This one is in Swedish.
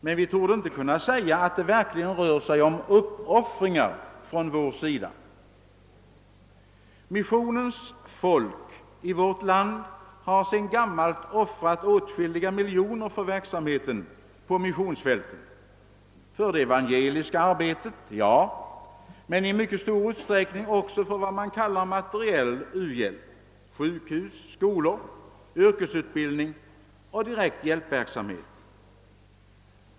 Men vi torde inte kunna säga att det verkligen rör sig om uppoffringar från vår sida. Missionens folk i vårt land har sedan gammalt offrat åtskilliga miljoner för verksamheten på missionsfälten — för det evangeliska arbetet, ja, men i mycket stor utsträckning också för vad man kallar materiell u-hjälp: sjukhus, skolor, yrkesutbildning och direkt hjälpverksamhet.